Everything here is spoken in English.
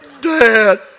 Dad